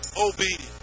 obedient